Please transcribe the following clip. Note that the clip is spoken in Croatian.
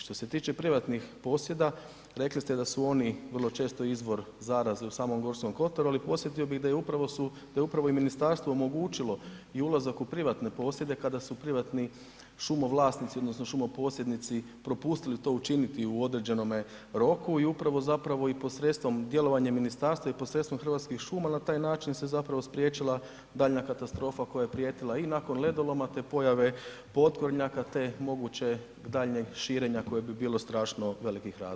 Što se tiče privatnih posjeda rekli ste da su oni vrlo često izvor zaraze u samom Gorskom kotaru ali podsjetio bih da upravo su, da je upravo ministarstvo omogućilo i ulazak u privatne posjede kada su privatni šumovlasnici odnosno šumoposjednici propustili to učiniti u određenome roku i upravo zato i posredstvom, djelovanjem ministarstva i posredstvom hrvatskih šuma na taj način se zapravo spriječila daljnja katastrofa koja je prijetila i nakon ledoloma te pojave potkornjaka te mogućeg daljnjeg širenja koje bi bilo strašno velikih razmjera.